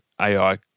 AI